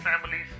families